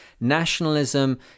nationalism